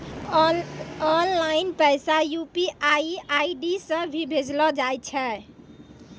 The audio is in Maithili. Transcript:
ऑनलाइन पैसा यू.पी.आई आई.डी से भी भेजलो जाय छै